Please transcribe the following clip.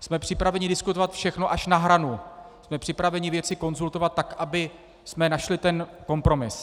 jsme připraveni diskutovat všechno až na hranu, jsme připraveni věci konzultovat tak, abychom našli kompromis.